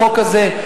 בחוק הזה,